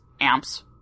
amps